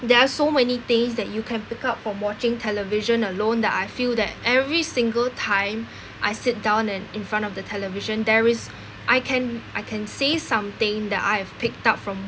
there are so many things that you can pick up from watching television alone that I feel that every single time I sit down and in front of the television there is I can I can say something that I've picked up from